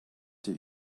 did